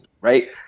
right